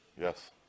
Yes